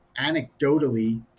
anecdotally